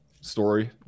story